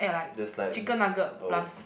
that's like oh